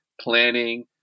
planning